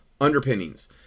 underpinnings